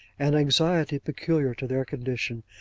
an anxiety peculiar to their condition,